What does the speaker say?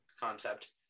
concept